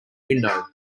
window